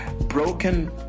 broken